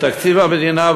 בתקציב המדינה,